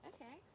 Okay